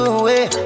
away